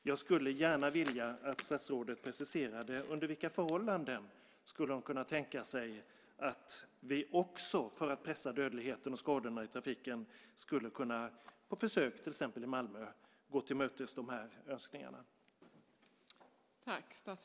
Jag skulle gärna vilja att statsrådet preciserade under vilka förhållanden hon skulle kunna tänka sig att vi också, för att pressa ned dödligheten och skadorna i trafiken, skulle kunna gå de här önskningarna till mötes på försök, till exempel i Malmö.